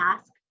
ask